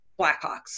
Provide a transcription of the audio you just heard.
Blackhawks